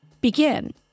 begin